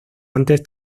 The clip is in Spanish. antes